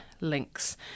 links